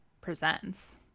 presents